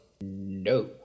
No